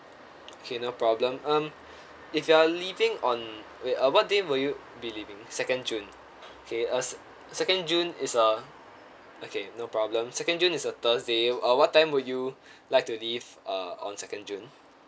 okay no problem um if you are leaving on uh what day will you be leaving second june okay uh second june is a okay no problem second june is a thursday uh what time will you like to leave uh on second june